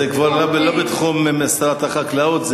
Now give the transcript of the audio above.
זה לא בתחום שרת החקלאות,